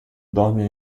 dorme